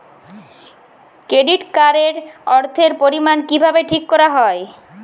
Credit card এর অর্থের পরিমান কিভাবে ঠিক করা হয়?